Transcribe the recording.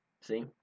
See